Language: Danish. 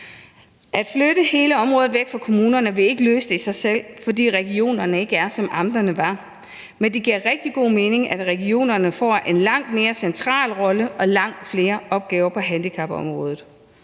At flytte hele området væk fra kommunerne vil ikke løse det i sig selv, fordi regionerne ikke er, som amterne var. Men det giver rigtig god mening, at regionerne får en langt mere central rolle og langt flere opgaver på handicapområdet.